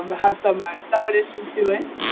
um have some definition to it.